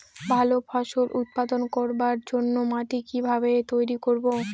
ভালো ফসল উৎপাদন করবার জন্য মাটি কি ভাবে তৈরী করব?